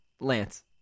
Lance